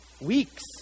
weeks